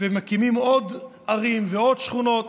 מקימים עוד ערים ועוד שכונות,